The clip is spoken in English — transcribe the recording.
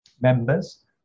members